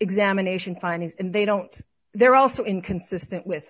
examination findings and they don't they're also inconsistent with